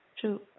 True